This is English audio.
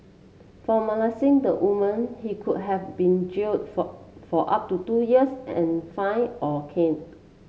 for molesting the woman he could have been jailed for for up to two years and fined or caned